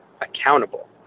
accountable